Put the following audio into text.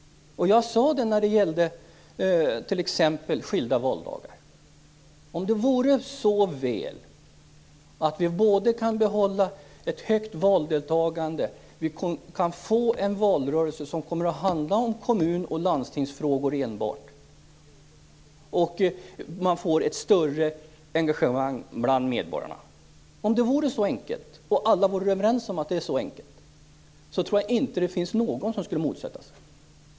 När det gäller t.ex. skilda valdagar sade jag: Om det vore så väl att vi både kan behålla ett högt valdeltagande och kan få en valrörelse som handlar enbart om kommun och landstingsfrågor och om det går att få ett större engagemang bland medborgarna, om det alltså vore så enkelt och alla var överens om att det är så enkelt, tror jag inte att någon skulle motsätta sig detta.